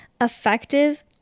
effective